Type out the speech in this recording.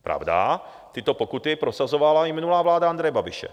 Pravda, tyto pokuty prosazovala i minulá vláda Andreje Babiše.